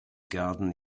garden